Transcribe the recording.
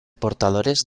portadores